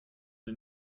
sie